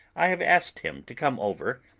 i have asked him to come over,